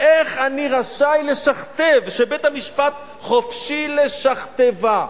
איך אני רשאי לשכתב, "שבית-המשפט חופשי לשכתבה".